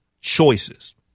choices